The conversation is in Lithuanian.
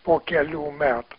po kelių metų